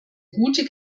gute